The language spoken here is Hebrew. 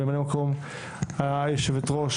לממלא מקום יושבת הראש,